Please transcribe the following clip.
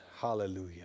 Hallelujah